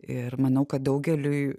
ir manau kad daugeliui